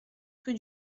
rue